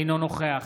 אינו נוכח